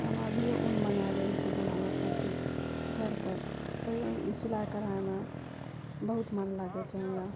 तऽ हम अभिये ऊन मँगाय लेले छियै बनाबै खातिर घरके सिलाइ कढाइमे बहुत मन लागै छै हमरा